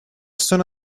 son